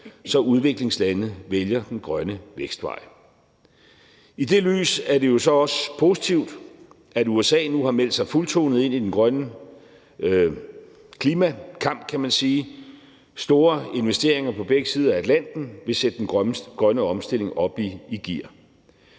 så udviklingslande vælger den grønne vækstvej. I det lys er det jo så også positivt, at USA nu har meldt sig fuldtonet ind i den grønne klimakamp, kan man sige. Store investeringer på begge sider af Atlanten vil sætte den grønne omstilling op i gear.